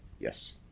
yes